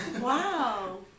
Wow